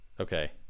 Okay